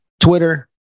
Twitter